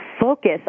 focus